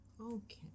Okay